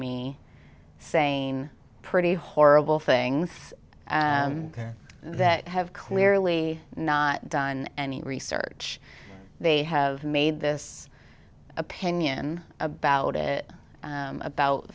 me saying pretty horrible things that have clearly not done any research they have made this opinion about it about